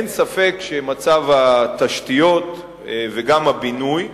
אין ספק שמצב התשתיות, גם הבינוי,